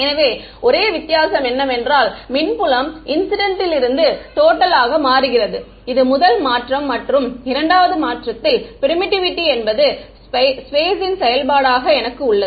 எனவே ஒரே வித்தியாசம் என்னவென்றால் மின் புலம் இன்சிடென்ட் ல் இருந்து டோட்டல் ஆக மாறுகிறது இது முதல் மாற்றம் மற்றும் இரண்டாவது மாற்றத்தில் பெர்மிட்டிவிட்டி என்பது ஸ்பேஸ் ன் செயல்பாடாக எனக்கு உள்ளது